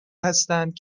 هستند